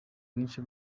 bwinshi